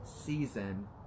season